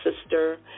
sister